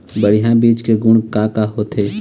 बढ़िया बीज के गुण का का होथे?